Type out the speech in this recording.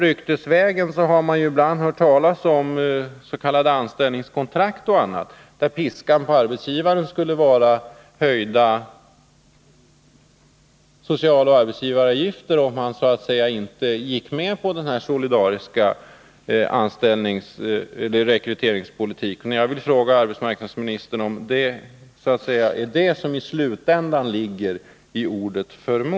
Ryktesvägen har man hört talas om t.ex. anställningskontrakt, där piskan på arbetsgivaren skulle vara höjda socialoch arbetsgivaravgifter. Jag vill fråga arbetsmarknadsministern om det är detta som på sluttampen ligger i ordet ”förmå”.